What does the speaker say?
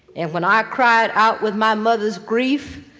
and when i cried out with my mother's grief,